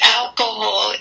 alcohol